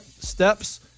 steps